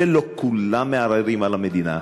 ולא כולם מערערים על המדינה.